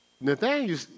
Nathaniel